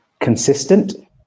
Consistent